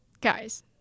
guys